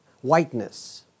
whiteness